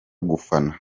gufana